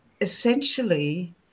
essentially